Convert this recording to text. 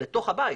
לתוך הבית.